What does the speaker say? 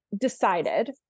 decided